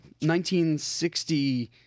1960